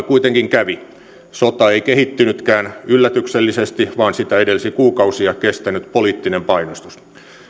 kuitenkin kävi sota ei kehittynytkään yllätyksellisesti vaan sitä edelsi kuukausia kestänyt poliittinen painostus